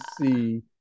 see